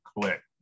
click